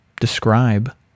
describe